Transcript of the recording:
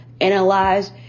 analyze